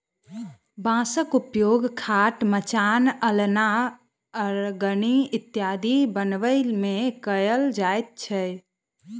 बाँसक उपयोग खाट, मचान, अलना, अरगनी इत्यादि बनबै मे कयल जाइत छै